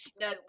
no